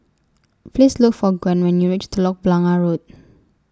Please Look For Gwen when YOU REACH Telok Blangah Road